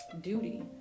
duty